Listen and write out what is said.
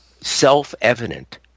self-evident